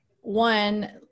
one